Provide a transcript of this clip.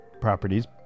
properties